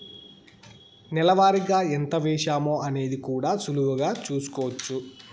నెల వారిగా ఎంత వేశామో అనేది కూడా సులువుగా చూస్కోచ్చు